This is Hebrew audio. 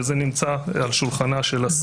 וזה נמצא על שולחנה של השרה.